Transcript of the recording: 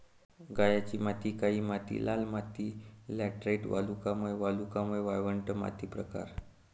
गाळाची माती काळी माती लाल माती लॅटराइट वालुकामय वालुकामय वाळवंट माती प्रकार